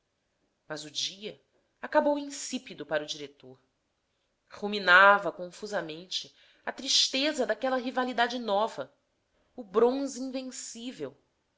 mas o dia acabou insípido para o diretor ruminava confusamente a tristeza daquela rivalidade nova o bronze invencível